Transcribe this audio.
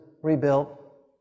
Rebuilt